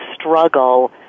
struggle